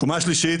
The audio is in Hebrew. קומה השלישית,